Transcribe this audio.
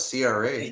CRA